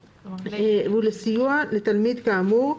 ולסיוע לתלמיד כאמור,